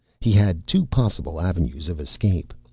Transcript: he had two possible avenues of escape.